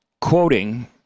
quoting